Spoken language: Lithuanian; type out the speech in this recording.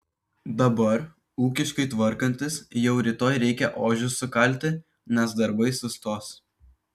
dabar ūkiškai tvarkantis jau rytoj reikia ožius sukalti nes darbai sustos